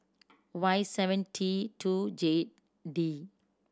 Y seven T two J D